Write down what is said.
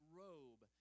robe